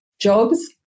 jobs